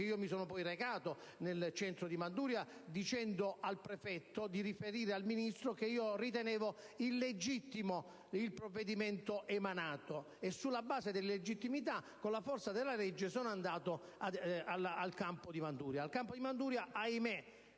che mi sono poi recato nel centro di Manduria dicendo al prefetto di riferire al Ministro che io ritenevo illegittimo il provvedimento emanato e, sulla base della illegittimità, con la forza della legge, sono andato al campo di Manduria, dove, ahimè,